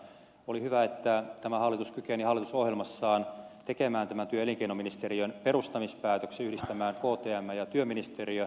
oli hyvä että tämä hallitus kykeni hallitusohjelmassaan tekemään tämän työ ja elinkeinoministeriön perustamispäätöksen yhdistämään ktmn ja työministeriön